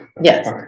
Yes